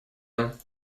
him